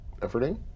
efforting